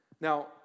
Now